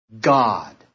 God